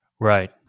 Right